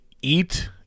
eat